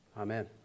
amen